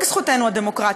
הלימוד.